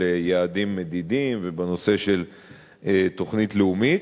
יעדים מדידים ובנושא של תוכנית לאומית,